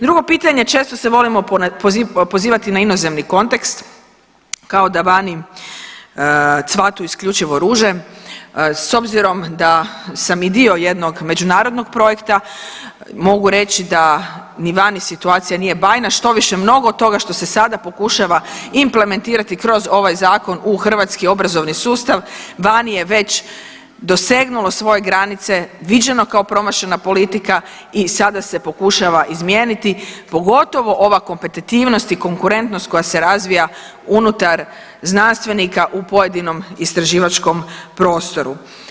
Drugo pitanje, često se volimo pozivati na inozemni kontekst kao da vani cvatu isključivo ruže, s obzirom da sam i dio jednog međunarodnog projekta mogu reći da ni vani situacija nije bajna, štoviše mnogo toga što se sada pokušava implementirati kroz ovaj zakon u hrvatski obrazovni sustav vani je već dosegnulo svoje granice, viđeno kao promašena politika i sada se pokušava izmijeniti, pogotovo ova kompetitivnost i konkurentnost koja se razvija unutar znanstvenika u pojedinom istraživačkom prostoru.